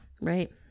Right